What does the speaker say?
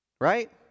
Right